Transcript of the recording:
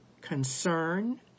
concern